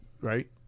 right